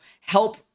help